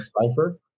cipher